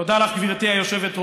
תודה לך, גברתי היושבת-ראש.